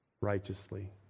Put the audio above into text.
righteously